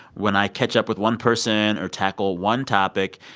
when i catch up with one person or tackle one topic.